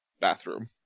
bathroom